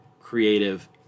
creative